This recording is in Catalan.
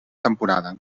temporada